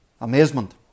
Amazement